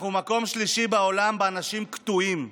אנחנו מקום שלישי בעולם באנשים קטועים.